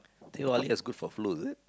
teh-halia is good for flu is it